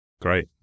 Great